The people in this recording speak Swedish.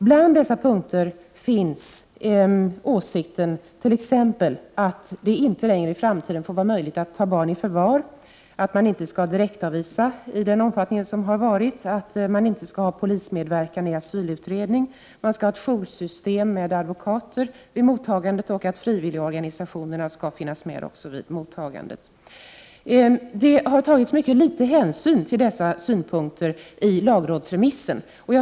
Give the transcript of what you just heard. Bland dessa punkter finns t.ex. åsikten att det i framtiden inte längre skall vara möjligt att ta barn i förvar, att man inte skall direktavvisa i den omfattning som har skett, att man inte skall ha polismedverkan i en asylutredning, att man skall ha ett joursystem vid mottagandet och att frivilligorganisationerna också skall vara med vid mottagandet. Det har tagits mycket liten hänsyn till dessa synpunkter i lagrådsremissen.